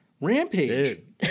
Rampage